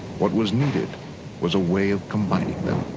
what was needed was a way of combining them.